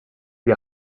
lui